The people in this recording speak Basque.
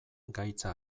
gaitza